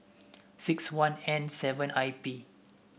sixt one N seven I P